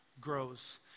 grows